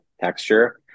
texture